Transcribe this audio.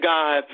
God